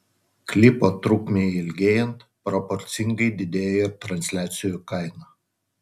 klipo trukmei ilgėjant proporcingai didėja ir transliacijų kaina